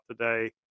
today